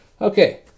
Okay